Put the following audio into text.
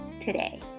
today